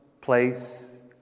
place